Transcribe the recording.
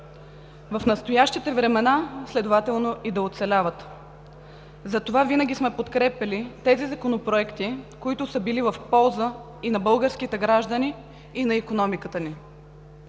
в настоящите времена, следователно и да оцеляват, затова винаги сме подкрепяли законопроектите, които са били в полза и на българските граждани, и на икономиката ни.